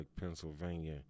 Pennsylvania